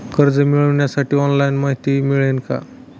कर्ज मिळविण्यासाठी ऑनलाइन माहिती मिळेल का?